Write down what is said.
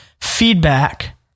feedback